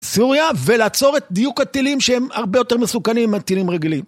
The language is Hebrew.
סוריה, ולעצור את דיוק הטילים שהם הרבה יותר מסוכנים מטילים רגילים.